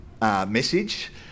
message